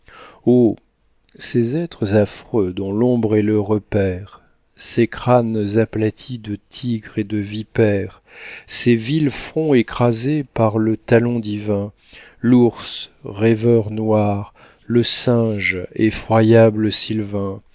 oh ces êtres affreux dont l'ombre est le repaire ces crânes aplatis de tigre et de vipère ces vils fronts écrasés par le talon divin l'ours rêveur noir le singe effroyable sylvain